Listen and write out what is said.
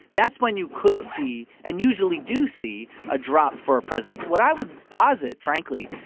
that's when you could see and usually do see a drop for a president. what i would posit, frankly,